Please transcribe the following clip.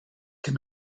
can